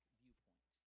viewpoint